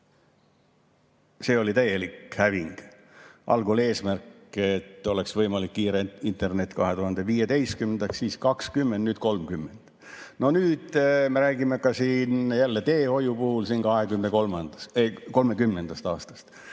see oli täielik häving. Algul oli eesmärk, et oleks võimalik kiire internet 2015, siis 2020, nüüd 2030. Nüüd me räägime ka jälle teehoiu puhul 2030. aastast.